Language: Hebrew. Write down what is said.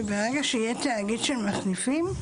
ברגע שיהיה תאגיד של מחליפים,